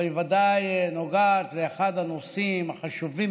אבל בוודאי נוגעת לאחד הנושאים החשובים